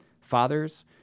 Fathers